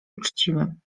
uczciwym